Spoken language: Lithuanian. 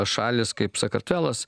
šalys kaip sakartvelas